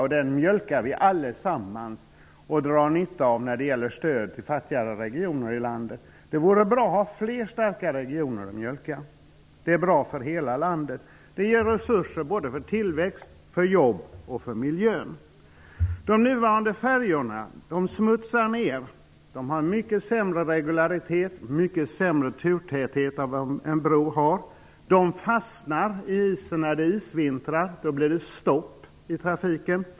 Denna region mjölkar vi alla och drar nytta av när det gäller stöd till fattigare regioner i landet. Det vore bra att ha fler starka regioner att mjölka. Det vore bra för hela landet, eftersom det ger resurser både för tillväxt, för jobb och för miljön. De nuvarande färjorna smutsar ner och har mycket sämre regularitet och turtäthet än vad som vore fallet med en bro. De fastnar i isen när det är isvintrar. Då blir det stopp i trafiken.